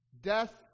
death